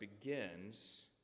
begins